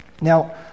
Now